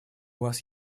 вас